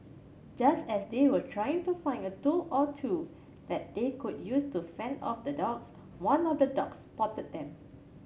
just as they were trying to find a tool or two that they could use to fend off the dogs one of the dogs spotted them